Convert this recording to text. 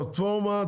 את הפלטפורמה.